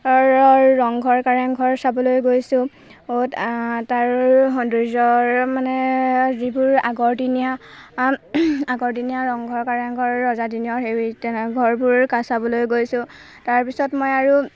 ৰংঘৰ কাৰেংঘৰ চাবলৈ গৈছোঁ তাৰ সৌন্দৰ্যৰ মানে যিবোৰ আগৰদিনীয়া আগৰদিনীয়া ৰংঘৰ কাৰেংঘৰ ৰজাদিনৰ সেই তেনে ঘৰবোৰ চাবলৈ গৈছোঁ তাৰপিছত মই আৰু